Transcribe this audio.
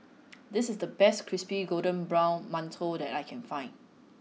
this is the best crispy golden brown mantou that I can find